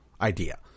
idea